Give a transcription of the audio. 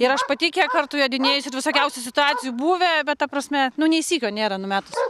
ir aš pati kiek kartų jodinėjusi visokiausių situacijų buvę bet ta prasme nu nei sykio nėra numetus